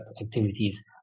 activities